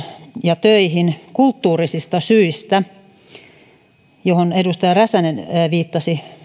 ja töihin kulttuurisista syistä mihin edustaja räsänen viittasi